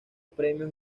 premios